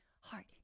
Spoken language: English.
heart